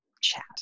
chat